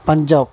Punjab